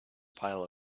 pile